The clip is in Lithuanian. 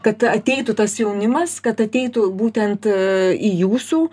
kad ateitų tas jaunimas kad ateitų būtent į jūsų